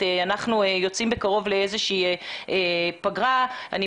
אנחנו יוצאים בקרוב לאיזושהי פגרה ואני